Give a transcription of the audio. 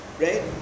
Right